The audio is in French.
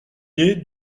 nez